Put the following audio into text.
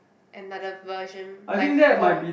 another version life form